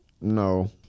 No